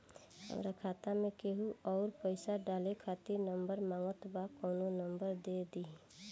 हमार खाता मे केहु आउर पैसा डाले खातिर नंबर मांगत् बा कौन नंबर दे दिही?